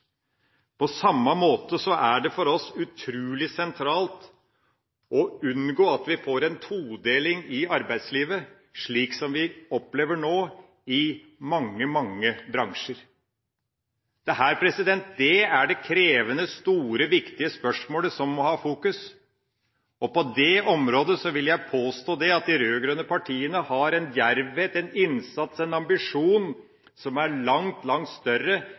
På samme måte er det for oss utrolig sentralt å unngå at vi får en todeling i arbeidslivet, som vi nå opplever i mange, mange bransjer. Dette er det krevende, store og viktige spørsmålet som en må fokusere på. På dette området vil jeg påstå at de rød-grønne partiene har en djervhet, en innsats og en ambisjon som er langt, langt større